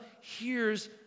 hears